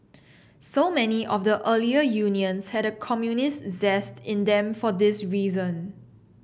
so many of the earlier unions had a communist zest in them for this reason